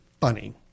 funny